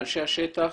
אנשי השטח,